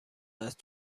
است